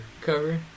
cover